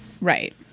Right